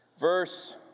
Verse